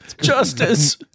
Justice